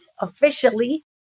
officially